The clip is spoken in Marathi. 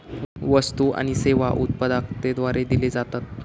वस्तु आणि सेवा उत्पादकाद्वारे दिले जातत